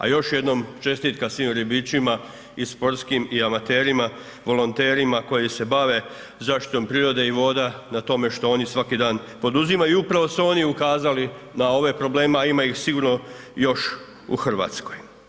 A još jednom čestitka svim ribičima i sportskim i amaterima, volonterima koji se bave zaštitom prirode i voda na tome što oni svaki dan poduzimaju i upravo su oni ukazali na ove probleme, a ima ih sigurno još u Hrvatskoj.